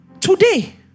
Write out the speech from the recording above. Today